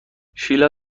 شیلا